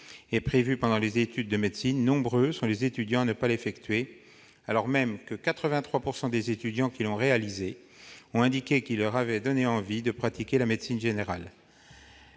est prévu pendant les études de médecine, nombreux sont les étudiants à ne pas l'effectuer. Pourtant, 83 % des étudiants qui l'ont réalisé ont indiqué qu'il leur avait donné envie de pratiquer la médecine générale.